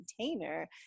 container